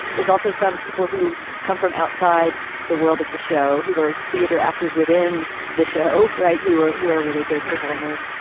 there's also some people who come from outside the world of the show who are theater actors within the show right who are who are really good performers.